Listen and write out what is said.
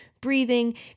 breathing